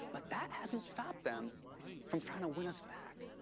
but that hasn't stopped them from trying to win us back.